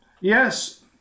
Yes